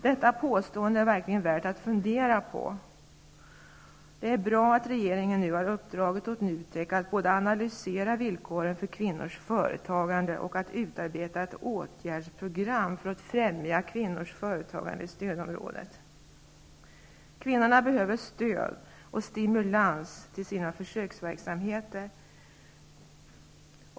Detta påstående är verkligen värt att fundera på. Det är bra att regeringen nu har uppdragit åt NUTEK att både analysera villkoren för kvinnors företagande och att utarbeta ett åtgärdsprogram för att främja kvinnors företagande i stödområdet. Kvinnorna behöver stöd och stimulans till sina försöksverksamheter.